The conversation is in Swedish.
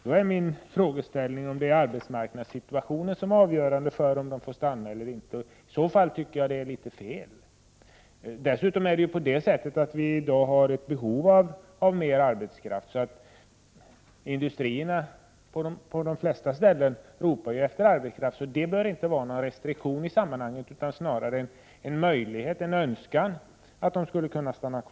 Då blir min fråga: Är det arbetsmarknadssituationen som är avgörande för om dessa människor får stanna i Sverige eller inte? Om så är fallet, tycker jag att det är fel. Dessutom har vi i dag behov av mer arbetskraft. På de flesta håll ropar ju industrierna efter arbetskraft, så arbetsmarknadssituationen bör inte innebära några restriktioner i sammanhanget. Situationen på arbetsmarknaden är snarare sådan att det är önskvärt att dessa familjer får stanna.